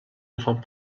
میخوام